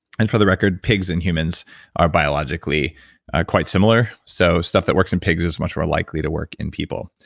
and for the record, pigs and humans are biologically quite similar. so stuff that works in pigs is much more likely to work in people.